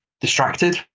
distracted